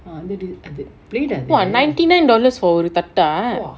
!wah! ninety nine dollars for ஒரு தட்டா:oru thattaa